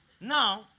Now